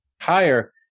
higher